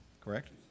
Correct